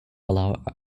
allow